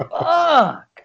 fuck